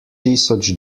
tisoč